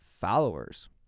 followers